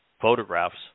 photographs